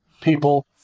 people